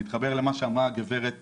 אני אתחבר למה שאמרה הגברת